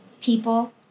People